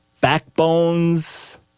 Backbones